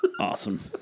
Awesome